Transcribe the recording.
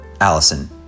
Allison